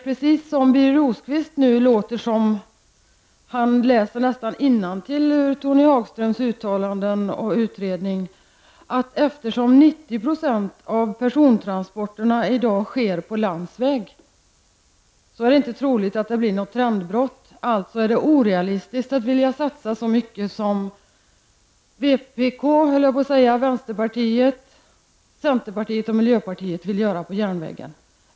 Birger Rosqvist läser mer eller mindre innantill ur Tony Hagströms utredning och säger, att eftersom 90 % av persontransporterna i dag sker på landsväg är det inte troligt att det blir något trendbrott. Därför är det orealistiskt, menar han, att satsa så mycket som vänsterpartiet, centerpartiet och miljöpartiet vill satsa på järnvägen.